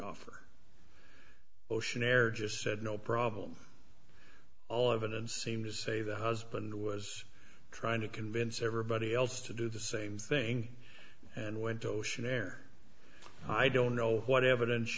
offer ocean air just said no problem all evidence seemed to say the husband was trying to convince everybody else to do the same thing and went ocean air i don't know what evidence